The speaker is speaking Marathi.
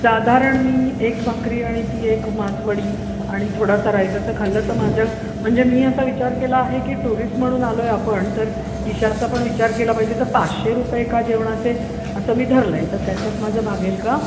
साधारण मी एक भाकरी आणि ती एक मासवडी आणि थोडासा राईज असं खाल्लं तर माझं म्हणजे मी असा विचार केला आहे की टुरिस्ट म्हणून आलो आहे आपण तर खिशाचा पण विचार केला पाहिजे तर पाचशे रुपये एका जेवणाचे असं मी धरलं आहे तर त्याच्यात माझं भागेल का